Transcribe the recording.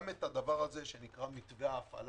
גם את הדבר הזה שנקרא מתווה ההפעלה,